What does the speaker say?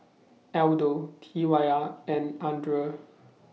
Aldo T Y R and Andre